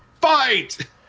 fight